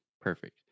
Perfect